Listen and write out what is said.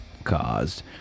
caused